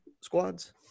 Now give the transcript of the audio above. squads